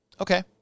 okay